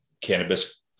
cannabis